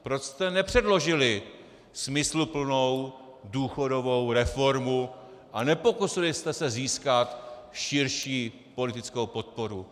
Proč jste nepředložili smysluplnou důchodovou reformu a nepokusili jste se získat širší politickou podporu?